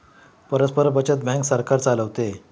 परस्पर बचत बँक सरकार चालवते